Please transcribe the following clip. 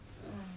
mm